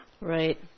Right